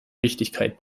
wichtigkeit